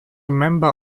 member